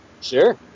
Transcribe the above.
Sure